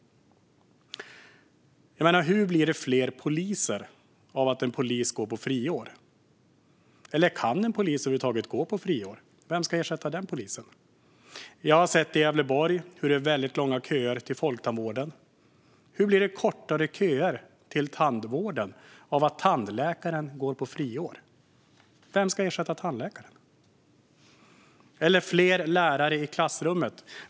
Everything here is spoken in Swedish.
Hur blir det fler poliser av att en polis går på friår? Eller kan en polis över huvud taget gå på friår? Vem ska ersätta den polisen? Jag har sett i Gävleborg att det är väldigt långa köer till Folktandvården. Hur blir det kortare köer till tandvården av att tandläkaren går på friår? Vem ska ersätta tandläkaren? Hur blir det fler lärare i klassrummen?